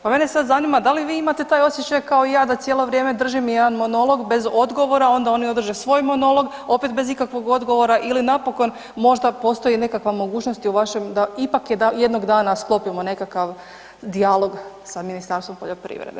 Pa mene sad zanima da li vi imate taj osjećaj kao i ja da cijelo vrijeme držim jedan monolog bez odgovora, onda oni održe svoj monolog, opet bez ikakvog odgovora ili napokon, možda postoji nekakva mogućnost i u vašem, da ipak jednog dana sklopimo jedan dijalog sa Ministarstvom poljoprivrede.